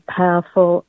powerful